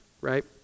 right